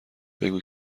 بگو